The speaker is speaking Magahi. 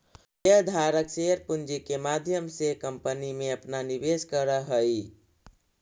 शेयर धारक शेयर पूंजी के माध्यम से कंपनी में अपना निवेश करऽ हई